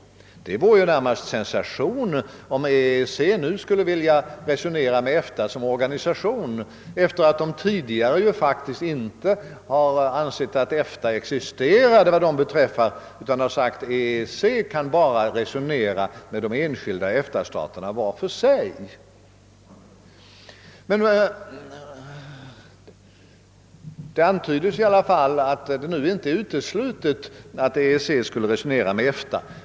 Det vore närmast en sensation om EEC nu skulle vilja resonera med EFTA som organisation, sedan man tidigare faktiskt inte officiellt medgett att EFTA ens existerade. Man har alltid sagt: EEC kan bara resonera med de enskilda EFTA staterna var för sig. Det antydes i alla fall att det inte är uteslutet att EEC skulle resonera med EFTA.